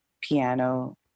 piano